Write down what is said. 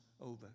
over